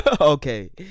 Okay